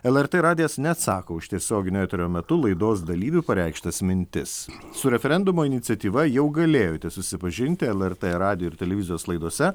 lrt radijas neatsako už tiesioginio eterio metu laidos dalyvių pareikštas mintis su referendumo iniciatyva jau galėjote susipažinti lrt radijo ir televizijos laidose